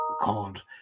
called